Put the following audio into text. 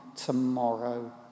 tomorrow